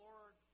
Lord